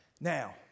Now